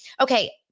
Okay